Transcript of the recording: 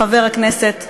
חבר הכנסת מזרחי?